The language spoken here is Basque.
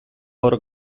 hor